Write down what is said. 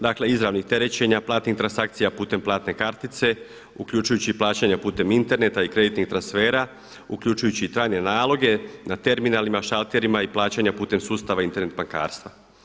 Dakle, izravnih terećenja, platnih transakcija putem platne kartice uključujući i plaćanja putem interneta i kreditnih transfera, uključujući i trajne naloge na terminalima, šalterima i plaćanja putem sustava Internet bankarstva.